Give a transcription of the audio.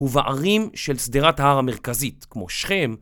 ובערים של שדרת ההר המרכזית כמו שכם